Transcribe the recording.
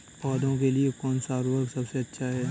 पौधों के लिए कौन सा उर्वरक सबसे अच्छा है?